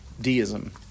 deism